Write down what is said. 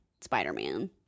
Spider-Man